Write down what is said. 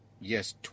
yes